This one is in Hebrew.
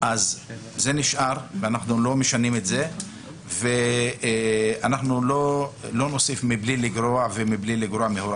עכשיו ולא נשנה את זה ולא נוסיף על זה.